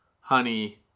honey